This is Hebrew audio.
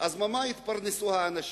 ממה יתפרנסו האנשים?